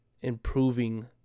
improving